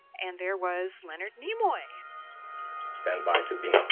and there was leonard nimoy stand by to beam up